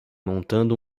montando